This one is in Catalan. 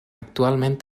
actualment